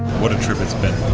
what a trip it's been,